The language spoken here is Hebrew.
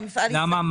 למה?